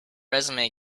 resume